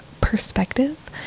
perspective